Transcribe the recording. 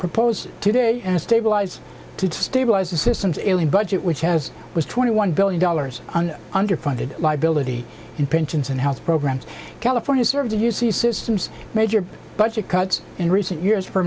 propose today and stabilize to stabilize the system's ailing budget which has was twenty one billion dollars on underfunded liability in pensions and health programs california served you see systems major budget cuts in recent years